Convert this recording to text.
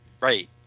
Right